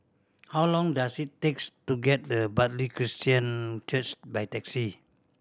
how long does it takes to get to Bartley Christian Church by taxi